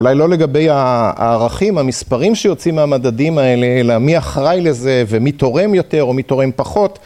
אולי לא לגבי הערכים, המספרים שיוצאים מהמדדים, אלא מי אחראי לזה? ומי תורם יותר? ומי תורם פחות?